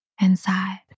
inside